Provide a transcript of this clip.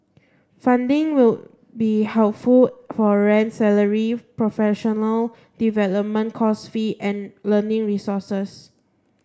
funding will be helpful for rent salary professional development course fees and learning resources